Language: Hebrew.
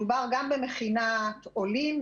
מדובר גם במכינת עולים,